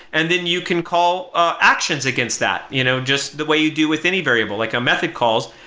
and then you can call ah actions against that, you know just the way you do with any variable, like a method calls.